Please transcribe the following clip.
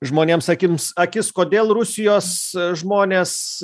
žmonėms akims akis kodėl rusijos žmonės